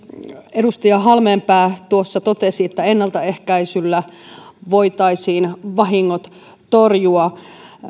edustaja halmeenpää tuossa totesi että ennaltaehkäisyllä voitaisiin vahingot torjua